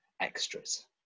extras